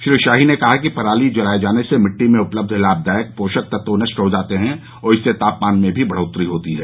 श्री शाही ने कहा कि पराली जलाये जाने से मिट्टी में उपलब्ध लाभदायक पोषक तत्व नष्ट हो जाते हैं और इससे तापमान में भी बढ़ोत्तरी होती है